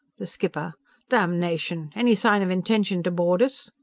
the skipper damnation! any sign of intention to board us?